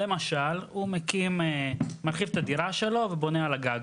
למשל הוא מרחיב את הדירה שלו ובונה על הגג,